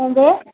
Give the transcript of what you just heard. എന്താണ്